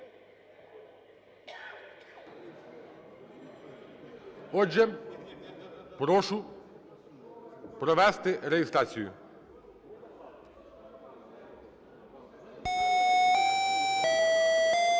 Отже, прошу провести реєстрацію. 10:02:15